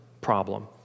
problem